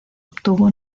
obtuvo